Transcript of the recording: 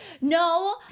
no